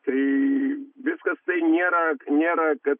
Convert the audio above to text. tai viskas tai nėra nėra kad